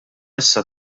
issa